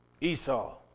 Esau